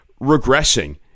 regressing